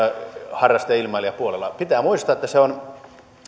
harrasteilmailijapuolella pitää muistaa että se on